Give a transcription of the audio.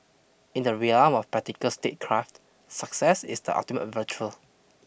in the realm of practical statecraft success is the ultimate virtual